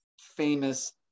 famous